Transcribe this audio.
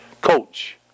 Coach